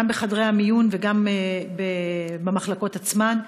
גם בחדרי המיון וגם במחלקות עצמן.